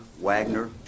Wagner